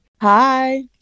Hi